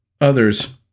others